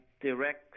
direct